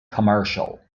commercial